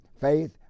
faith